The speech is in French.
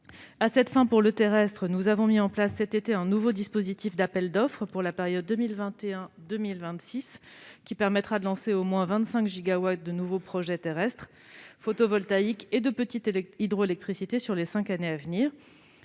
À cette fin, pour le terrestre, nous avons mis en place cet été un nouveau dispositif d'appels d'offres pour la période 2021-2026, qui permettra de lancer au moins 25 gigawatts de nouveaux projets terrestres photovoltaïques et de petite hydroélectricité durant les cinq années à venir.